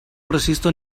resisto